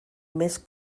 més